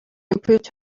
improved